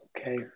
Okay